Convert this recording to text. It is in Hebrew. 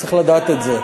וצריך לדעת את זה.